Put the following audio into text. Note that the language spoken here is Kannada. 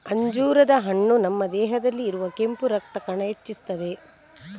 ಅಂಜೂರದ ಹಣ್ಣು ನಮ್ಮ ದೇಹದಲ್ಲಿ ಇರುವ ಕೆಂಪು ರಕ್ತ ಕಣ ಹೆಚ್ಚಿಸ್ತದೆ